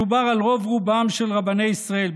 מדובר על רוב-רובם של רבני ישראל,